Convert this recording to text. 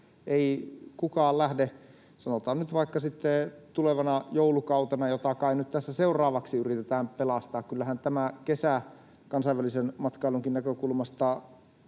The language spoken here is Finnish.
vaikka sitten tulevana joulukautena, jota kai nyt tässä seuraavaksi yritetään pelastaa — kyllähän tämä kesä kansainvälisen matkailunkin näkökulmasta